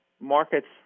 markets